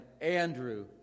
Andrew